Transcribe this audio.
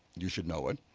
you should know it